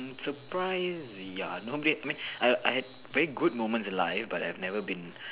I'm surprised ya normally I mean I I had really good moments in life but I've never been